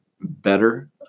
better